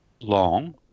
long